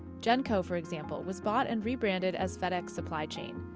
genco, for example, was bought and rebranded as fedex supply chain.